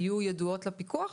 היו ידועות לפיקוח?